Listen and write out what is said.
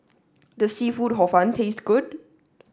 does seafood hor fun taste good